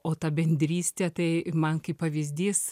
o ta bendrystė tai man kaip pavyzdys